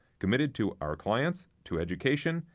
committed to our clients, to education,